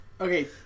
Okay